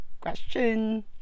question